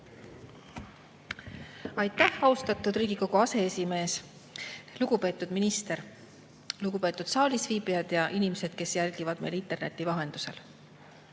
Aitäh, austatud Riigikogu aseesimees! Lugupeetud minister! Lugupeetud saalis viibijad ja inimesed, kes jälgivad meid interneti vahendusel!